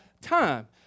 time